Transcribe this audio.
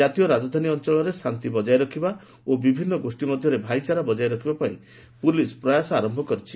ଜାତୀୟ ରାଜଧାନୀ ଅଞ୍ଚଳର ଶାନ୍ତି ବଜାୟ ରଖିବା ଓ ବିଭିନ୍ନ ଗୋଷ୍ଠୀ ମଧ୍ୟରେ ଭାଇଚାରା ବଜାୟ ରଖିବା ପାଇଁ ପୁଲିସ ପ୍ରୟାସ ଆରମ୍ଭ କରିଛି